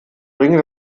bringe